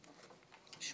תודה רבה.